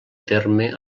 terme